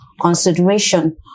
consideration